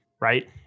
right